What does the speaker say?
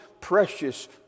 precious